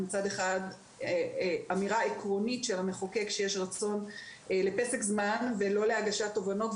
מצד אחד אמירה עקרונית של המחוקק שיש רצון לפסק זמן ולא להגשת תובענות,